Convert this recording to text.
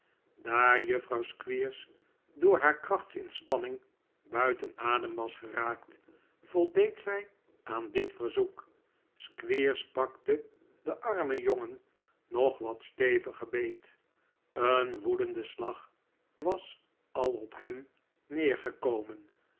daar juffrouw squeers door haar krachtsinspanning buiten adem was geraakt voldeed zij aan dit verzoek squeers pakte den armen jongen nog wat steviger beet een wqedende slag was al op hem